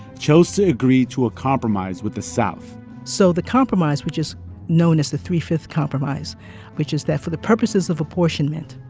chose to agree to a compromise with the south so the compromise which is known as the three-fifth compromise which is that for the purposes of apportionment,